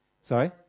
Sorry